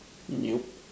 nope